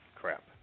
crap